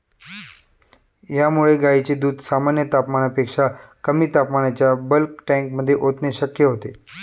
यामुळे गायींचे दूध सामान्य तापमानापेक्षा कमी तापमानाच्या बल्क टँकमध्ये ओतणे शक्य होते